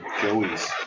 Joey's